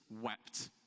wept